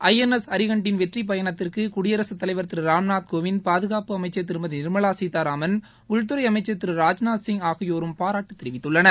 ஐ N S அரிஹண்ட்டின் வெற்றிப் பயணத்திற்கு குடியரசுத் தலைவர் திரு ராம்நாத் கோவிந்த் பாதுகாப்பு அமைச்சர் திருமதி நிர்மலா சீதாராமன் உள்துறை அமைச்சர் திரு ராஜ்நாத்சிங் ஆகியோரும் பாராட்டு தெரிவித்துள்ளனர்